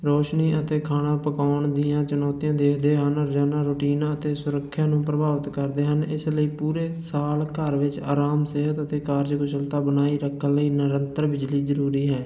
ਰੋਸ਼ਨੀ ਅਤੇ ਖਾਣਾ ਪਕਾਉਣ ਦੀਆਂ ਚੁਣੌਤੀਆਂ ਦੇਖਦੇ ਹਨ ਰੋਜ਼ਾਨਾ ਰੂਟੀਨ ਅਤੇ ਸੁਰੱਖਿਆ ਨੂੰ ਪ੍ਰਭਾਵਿਤ ਕਰਦੇ ਹਨ ਇਸ ਲਈ ਪੂਰੇ ਸਾਲ ਘਰ ਵਿੱਚ ਅਰਾਮ ਸਿਹਤ ਅਤੇ ਕਾਰਜਕੁਸ਼ਲਾ ਬਣਾਈ ਰੱਖਣ ਨਿਰੰਤਰ ਬਿਜਲੀ ਜ਼ਰੂਰੀ ਹੈ